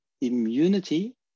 immunity